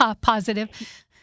Positive